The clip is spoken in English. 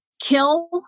kill